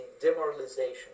demoralization